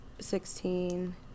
sixteen